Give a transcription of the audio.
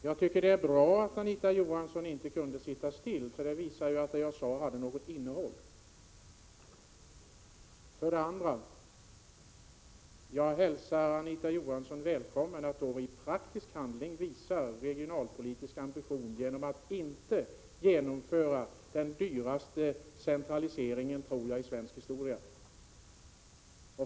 Fru talman! För det första var det bra att Anita Johansson inte kunde sitta still, för det visar att det jag sade hade något innehåll. För det andra hälsar jag Anita Johansson välkommen att i praktisk handling visa regionalpolitiska ambitioner genom att inte genomföra den dyraste centraliseringen i svensk historia.